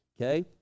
okay